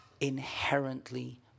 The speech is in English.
inherently